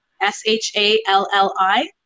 S-H-A-L-L-I